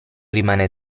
rimane